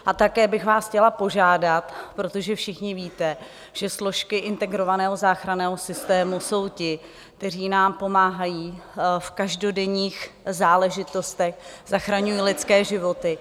A také bych vás chtěla požádat, protože všichni víte, že složky integrovaného záchranného systému jsou ti, kteří nám pomáhají v každodenních záležitostech, zachraňují lidské životy.